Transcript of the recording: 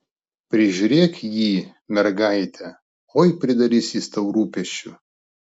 prižiūrėk jį mergaite oi pridarys jis tau rūpesčių